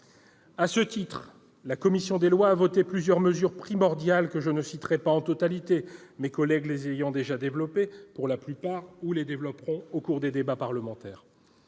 À ce titre, la commission des lois a adopté plusieurs mesures primordiales que je ne citerai pas en totalité- mes collègues les ont déjà développées pour la plupart, ou les développeront au cours du débat. Je pense,